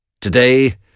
Today